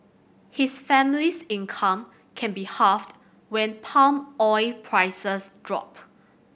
his family's income can be halved when palm oil prices drop